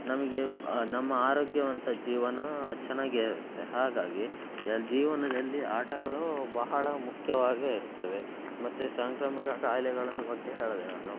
ನಮಗೆ ನಮ್ಮ ಆರೋಗ್ಯವಂತ ಜೀವನ ಚೆನ್ನಾಗೇ ಇರುತ್ತೆ ಹಾಗಾಗಿ ಯ ಜೀವನದಲ್ಲಿ ಆಟಗಳು ಬಹಳ ಮುಖ್ಯವಾಗೇ ಇರುತ್ತವೆ ಮತ್ತು ಸಾಂಕ್ರಾಮಿಕ ಖಾಯಿಲೆಗಳನ್ನು ಬಗ್ಗೆ ಹೇಳಿದೆ ನಾನು